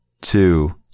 two